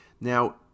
Now